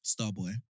Starboy